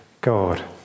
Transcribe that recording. God